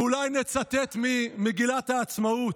ואולי נצטט ממגילת העצמאות,